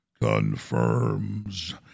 confirms